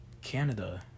Canada